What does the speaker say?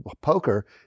poker